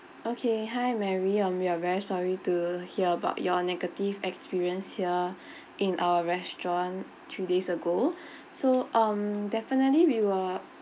okay hi mary um we are very sorry to hear about your negative experience here in our restaurant two days ago so um definitely we will